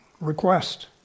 request